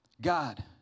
God